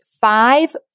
five